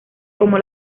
como